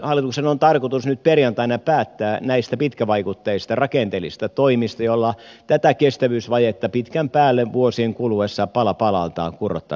hallituksen on tarkoitus nyt perjantaina päättää näistä pitkävaikutteisista rakenteellisista toimista joilla tätä kestävyysvajetta pitkän päälle vuosien kuluessa pala palalta kurottaisiin umpeen